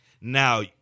Now